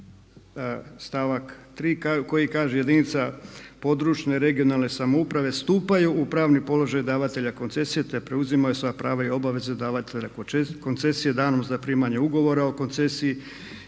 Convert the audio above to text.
stavak 3. koji kaže jedinica područne i regionalne samouprave stupaju u pravni položaj davatelja koncesije te preuzimaju sva prava i obaveze davatelja koncesije te preuzimaju svoja prava i